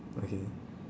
okay